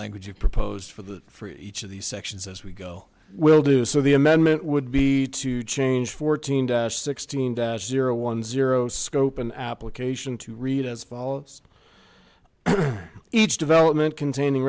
language you proposed for the for each of the sections as we go will do so the amendment would be to change fourteen dash sixteen dash zero one zero scope an application to read as follows each development containing